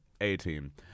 A-Team